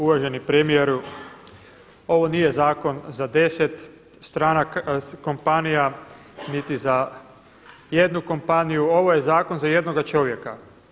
Uvaženi premijeru ovo nije zakon za 10 kompanija niti za jednu kompaniju, ovo je zakon za jednoga čovjeka.